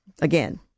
again